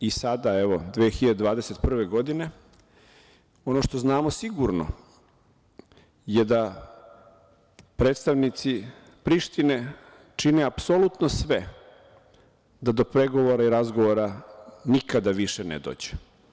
I sada, evo 2021. godine, ono što znamo sigurno je da predstavnici Prištine čini apsolutno sve da do pregovora i razgovora nikada više ne dođe.